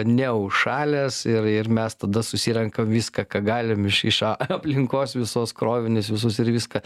neužšalęs ir ir mes tada susirenkam viską ką galim iš iš a aplinkos visos krovinius visus ir viską